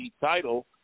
title